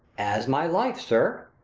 as my life, sir.